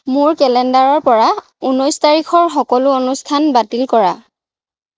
মোৰ কেলেণ্ডাৰৰ পৰা ঊনৈছ তাৰিখৰ সকলো অনুষ্ঠান বাতিল কৰা